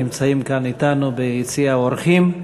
הנמצאים כאן אתנו ביציע האורחים.